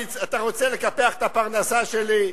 אתה רוצה לקפח את הפרנסה שלי?